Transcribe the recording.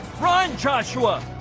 ron joshua